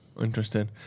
interesting